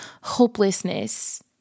hopelessness